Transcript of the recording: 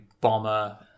bomber